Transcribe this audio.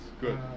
Good